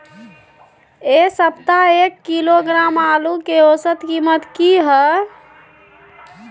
ऐ सप्ताह एक किलोग्राम आलू के औसत कीमत कि हय?